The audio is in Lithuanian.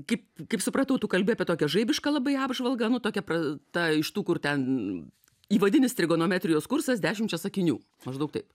kaip kaip supratau tu kalbi apie tokią žaibišką labai apžvalgą nu tokia pra ta iš tų kur ten įvadinis trigonometrijos kursas dešimčia sakinių maždaug taip